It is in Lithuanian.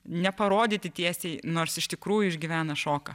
neparodyti tiesiai nors iš tikrųjų išgyvena šoką